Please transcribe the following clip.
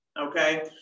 okay